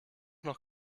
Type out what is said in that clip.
noch